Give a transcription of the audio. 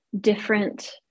different